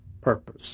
purpose